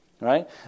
right